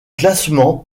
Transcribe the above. classement